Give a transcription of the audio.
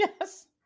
Yes